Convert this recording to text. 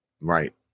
Right